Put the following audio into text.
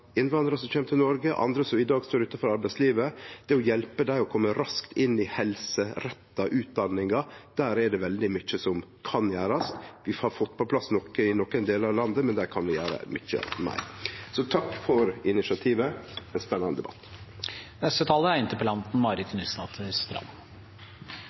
som kjem til Noreg, og andre som i dag står utanfor arbeidslivet, er å hjelpe dei til å kome raskt inn i helseretta utdanningar. Der er det veldig mykje som kan gjerast. Vi har fått på plass noko i nokre delar av landet, men der kan vi gjere mykje meir. Takk for initiativet og ein spennande debatt. Takk for to gode bidrag fra to tidligere ordførere. Det er